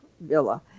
villa